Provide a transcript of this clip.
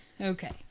Okay